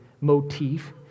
motif